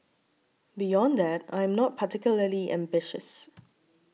beyond that I am not particularly ambitious